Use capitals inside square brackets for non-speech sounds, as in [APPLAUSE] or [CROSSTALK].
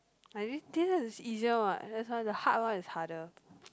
like this this is easier what that's why the hard one is harder [NOISE]